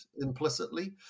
implicitly